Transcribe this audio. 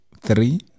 three